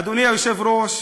אדוני היושב-ראש,